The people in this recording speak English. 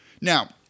Now